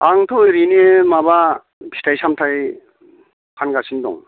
आंथ' ओरैनो माबा फिथाइ सामथाय फानगासिनो दं